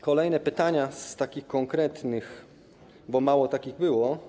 Kolejne pytania z takich konkretnych, bo mało takich było.